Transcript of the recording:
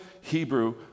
Hebrew